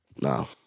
No